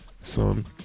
Son